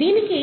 దీనికి